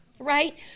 right